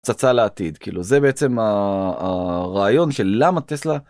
הצצה לעתיד כאילו זה בעצם הרעיון של למה טסלה...